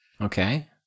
Okay